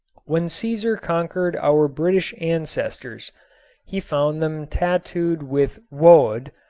when caesar conquered our british ancestors he found them tattooed with woad,